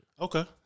Okay